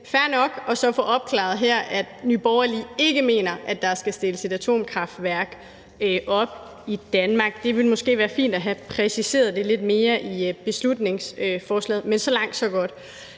fair nok så at få opklaret her, at Nye Borgerlige ikke mener, at der skal stilles et atomkraftværk op i Danmark. Det ville måske være fint at have præciseret det lidt mere i beslutningsforslaget. Men så langt, så godt.